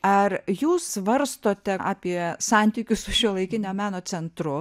ar jūs svarstote apie santykius su šiuolaikinio meno centru